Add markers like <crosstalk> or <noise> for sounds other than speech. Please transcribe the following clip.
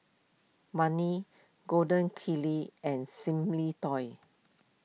<unintelligible> Gold Kili and Simply Toys